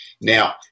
Now